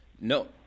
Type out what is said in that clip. No